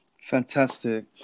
Fantastic